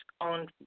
on